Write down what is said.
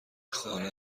خانه